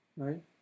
right